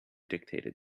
dictated